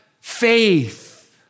faith